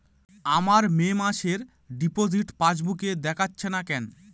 আমার মে মাসের ডিপোজিট পাসবুকে দেখাচ্ছে না কেন?